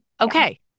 Okay